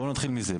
בואו נתחיל מזה.